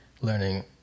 learning